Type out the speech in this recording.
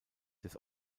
des